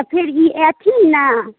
फेर भी अइथिन ने